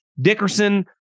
Dickerson